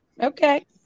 Okay